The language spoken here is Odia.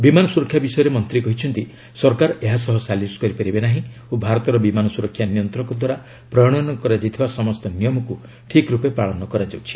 ବିମାନ ସୁରକ୍ଷା ବିଷୟରେ ମନ୍ତ୍ରୀ କହିଛନ୍ତି ସରକାର ଏହା ସହ ସାଲିସ୍ କରିପାରିବେ ନାହିଁ ଓ ଭାରତର ବିମାନ ସୁରକ୍ଷା ନିୟନ୍ତ୍ରକ ଦ୍ୱାରା ପ୍ରଣୟନ କରାଯାଇଥିବା ସମସ୍ତ ନିୟମକୁ ଠିକ୍ ରୂପେ ପାଳନ କରାଯାଉଛି